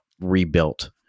rebuilt